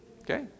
Okay